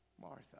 Martha